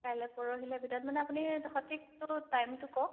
কাইলৈ পৰহিলৈ ভিতৰত মানে আপুনি সঠিকটো টাইমটো কওক